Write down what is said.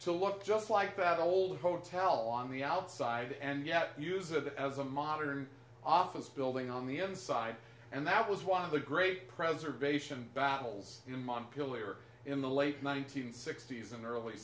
to look just like that old hotel on the outside and yet use it as a modern office building on the inside and that was one of the great preservation battles in montpelier in the late one nine hundred sixty s and early